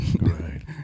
Right